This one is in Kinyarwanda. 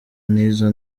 n’izo